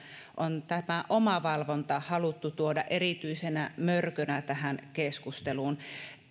on omavalvonta haluttu tuoda erityisenä mörkönä tähän keskusteluun